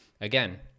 again